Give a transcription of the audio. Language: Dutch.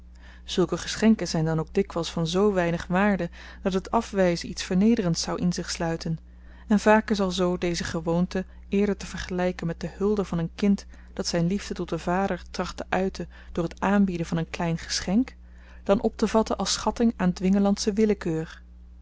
zulke geschenken zyn dan ook dikwyls van zoo weinig waarde dat het afwyzen iets vernederends zou in zich sluiten en vaak is alzoo deze gewoonte eerder te vergelyken met de hulde van een kind dat zyn liefde tot den vader tracht te uiten door t aanbieden van een klein geschenk dan optevatten als schatting aan dwingelandsche willekeur